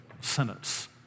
sentence